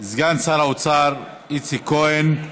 סגן שר האוצר איציק כהן,